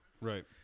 Right